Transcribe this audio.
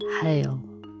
hail